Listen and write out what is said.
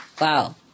Wow